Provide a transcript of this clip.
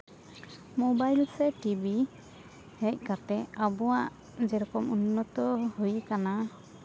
mobile ᱥᱮ TV ᱦᱮᱡ ᱠᱟᱛᱮᱫ ᱟᱵᱚᱣᱟᱜ ᱡᱮᱨᱚᱠᱚᱢ ᱩᱱᱱᱚᱛᱚ ᱦᱩᱭ ᱠᱟᱱᱟ